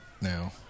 now